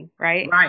Right